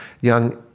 young